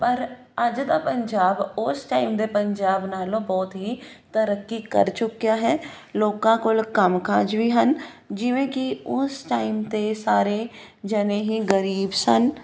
ਪਰ ਅੱਜ ਦਾ ਪੰਜਾਬ ਉਸ ਟਾਈਮ ਦੇ ਪੰਜਾਬ ਨਾਲੋਂ ਬਹੁਤ ਹੀ ਤਰੱਕੀ ਕਰ ਚੁੱਕਿਆ ਹੈ ਲੋਕਾਂ ਕੋਲ ਕੰਮਕਾਜ ਵੀ ਹਨ ਜਿਵੇਂ ਕਿ ਉਸ ਟਾਈਮ 'ਤੇ ਸਾਰੇ ਜਾਣੇ ਹੀ ਗਰੀਬ ਸਨ